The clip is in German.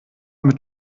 mit